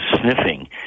sniffing